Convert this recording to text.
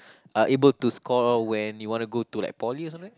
are able to score when you want to go to like poly or something